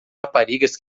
raparigas